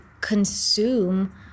consume